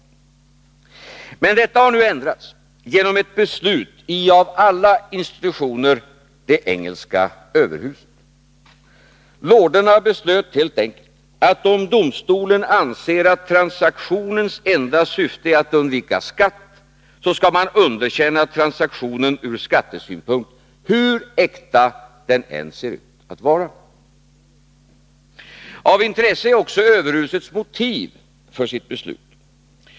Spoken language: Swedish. Men detta har nu ändrats genom ett beslut i — av alla institutioner — det engelska överhuset. Lorderna beslöt helt enkelt att om domstolen anser att transaktionens enda syfte är att undvika skatt, skall man underkänna transaktionen ur skattesynpunkt, hur äkta den än ser ut att vara. Av intresse är också överhusets motiv för sitt beslut.